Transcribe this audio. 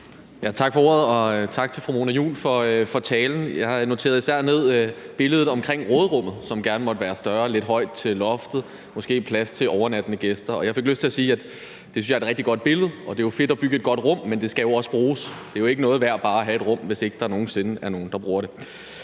17:31 Sigurd Agersnap (SF): Tak for ordet. Og tak til fru Mona Juul for talen. Jeg noterede især billedet af råderummet, som gerne måtte være større, og at der gerne måtte være lidt højt til loftet og måske plads til overnattende gæster. Og jeg fik lyst til at sige, at det synes jeg er et rigtig godt billede. Det er fedt at bygge et godt rum, men det skal jo også bruges. Det er jo ikke noget værd bare at have et rum, hvis der aldrig nogen sinde er nogen, der bruger det.